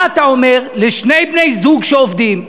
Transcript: מה אתה אומר לשני בני-זוג שעובדים,